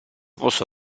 posso